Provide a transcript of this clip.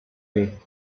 way